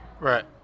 right